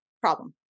problem